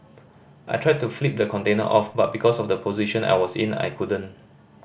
I tried to flip the container off but because of the position I was in I couldn't